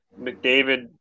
McDavid